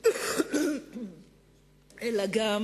אלא גם